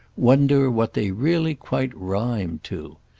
wonder what they really quite rhymed to.